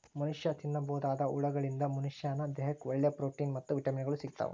ಮನಷ್ಯಾ ತಿನ್ನಬೋದಾದ ಹುಳಗಳಿಂದ ಮನಶ್ಯಾನ ದೇಹಕ್ಕ ಒಳ್ಳೆ ಪ್ರೊಟೇನ್ ಮತ್ತ್ ವಿಟಮಿನ್ ಗಳು ಸಿಗ್ತಾವ